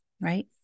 right